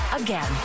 again